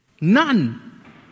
None